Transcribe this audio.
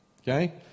Okay